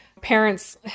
parents